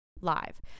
live